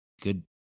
good